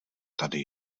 tady